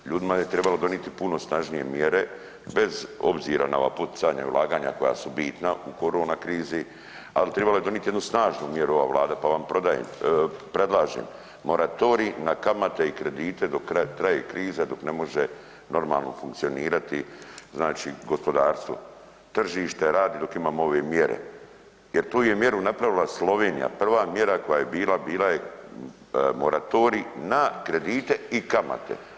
Ljudima je trebalo donijeti puno snažnije mjere bez obzira na ova poticanja ulaganja koja su bitna u korona krizi, ali trebalo je donijeti jednu snažnu mjeru ova Vlada pa vam predlažem moratorij na kamate i kredite do traje kriza, dok ne može normalno funkcionirati znači gospodarstvo, tržište rada dok imamo ove mjere jer tu je mjeru napravila Slovenija, prva mjera koja je bila, bila je moratorij na kredite i kamate.